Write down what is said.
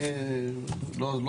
אני